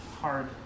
hard